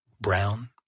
brown